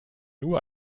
nur